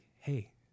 hey